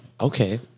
Okay